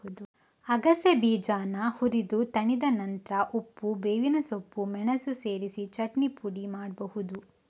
ಅಗಸೆ ಬೀಜಾನ ಹುರಿದು ತಣಿದ ನಂತ್ರ ಉಪ್ಪು, ಬೇವಿನ ಸೊಪ್ಪು, ಮೆಣಸು ಸೇರಿಸಿ ಚಟ್ನಿ ಪುಡಿ ಮಾಡ್ಬಹುದು